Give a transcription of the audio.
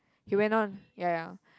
he went on ya ya